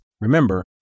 Remember